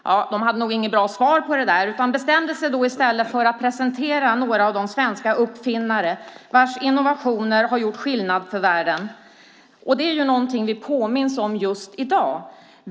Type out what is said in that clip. Ledningen hade inget bra svar på det. De bestämde sig i stället för att presentera några av de svenska uppfinnare vilkas innovationer har gjort skillnad för världen. Det är ju någonting vi påminns om just i dag.